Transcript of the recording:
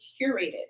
curated